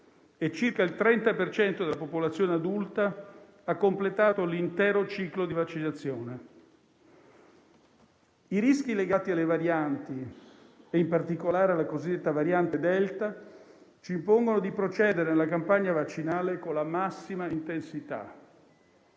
e circa il 30 per cento della popolazione adulta ha completato l'intero ciclo di vaccinazione. I rischi legati alle varianti, e in particolare alla cosiddetta variante Delta, ci impongono di procedere nella campagna vaccinale con la massima intensità.